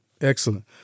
Excellent